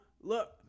look